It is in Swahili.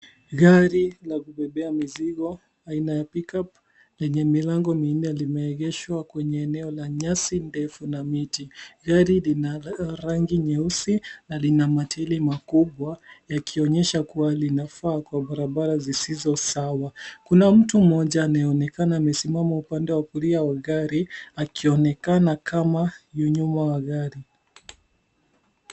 Gari la kubebea mizigo aina ya pick-up lenye milango minne limeegeshwa kwenye eneo la nyasi ndefu na miti. Gari lina rangi nyeusi na lina matairi makubwa yakionyesha kuwa linafaa kwa barabara zisizo sawa. Kuna mtu mmoja anayeonekana amesimama upande wa kulia wa gari akionekana kama yu nyuma wa gari